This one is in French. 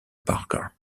parker